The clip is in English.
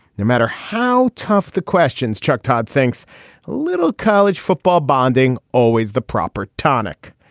no matter how tough the questions, chuck todd thinks little college football bonding, always the proper tonic.